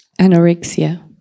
anorexia